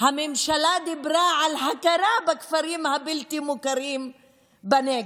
הממשלה דיברה על הכרה בכפרים הבלתי-מוכרים בנגב,